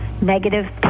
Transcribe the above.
negative